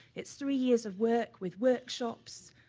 it's three years of work with workshops,